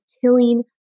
killing